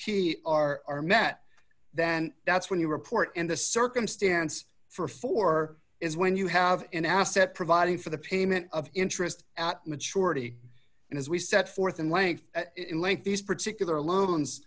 are met then that's when you report and the circumstance for four is when you have an asset providing for the payment of interest at maturity and as we set forth in length in length these particular loans